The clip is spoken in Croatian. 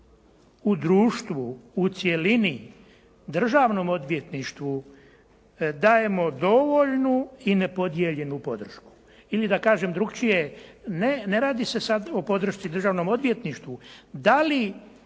u društvu u cjelini Državnom odvjetništvu dajemo dovoljnu i nepodijeljenu podršku ili da kažem drukčije, ne radi se sada o podršci Državnom odvjetništvu.